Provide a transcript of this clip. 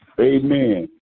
Amen